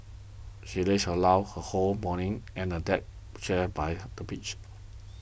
she lazed her loud her whole morning and a deck chair by the beach